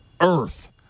Earth